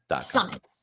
Summit